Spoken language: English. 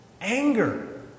anger